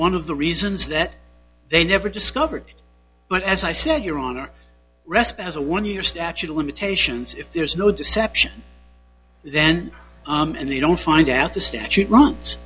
one of the reasons that they never discovered but as i said your honor rest as a one year statute of limitations if there's no deception then and they don't find out the statute runs